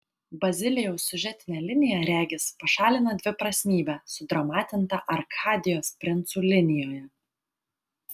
bazilijaus siužetinė linija regis pašalina dviprasmybę sudramatintą arkadijos princų linijoje